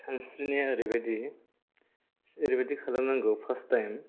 सानस्रिनाया ओरैबादि ओरैबादि खालाम नांगौ फार्स्ट टाइम